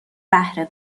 بهر